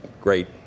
great